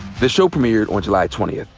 the show premiered on july twentieth,